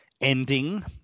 ending